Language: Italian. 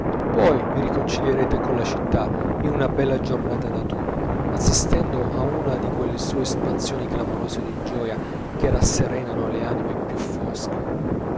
poi vi riconcilierete colla città in una bella giornata d'autunno assistendo a una di quelle sue espansioni clamorose di gioia che rasserenano le anime più fosche